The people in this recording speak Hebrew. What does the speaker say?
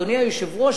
אדוני היושב-ראש,